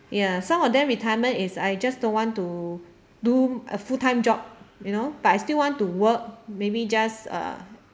ya some of them retirement is I just don't want to do a full time job you know but I still want to work maybe just